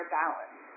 balance